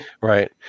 right